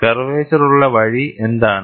curvature ഉള്ള വഴി എന്താണ്